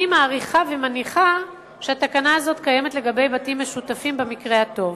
אני מעריכה ומניחה שהתקנה הזאת קיימת לגבי בתים משותפים במקרה הטוב.